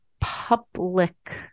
public